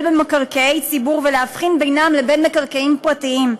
במקרקעי ציבור ולהבחין בינם לבין מקרקעין פרטיים.